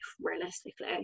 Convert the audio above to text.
realistically